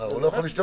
אז הוא לא יכול.